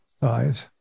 thighs